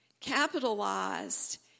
capitalized